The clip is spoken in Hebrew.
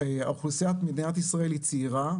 אוכלוסיית מדינת ישראל היא צעירה,